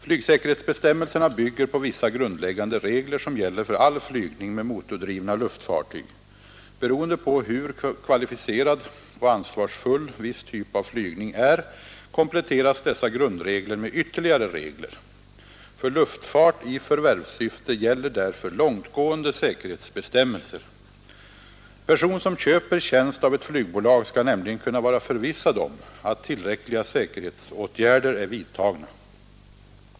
Flygsäkerhetsbestämmelserna bygger på vissa grundläggande regler som gäller för all flygning med motordrivna luftfartyg. Beroende på hur kvalificerad och ansvarsfull viss typ av flygning är, kompletteras dessa grundregler med ytterligare regler. För luftfart i förvärvssyfte gäller därför långtgående säkerhetsbestämmelser. Person som köper tjänst av ett flygbolag skall nämligen kunna vara förvissad om att tillräckliga säkerhetsåtgärder är vidtagna.